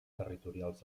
territorials